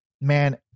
man